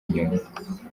nyuma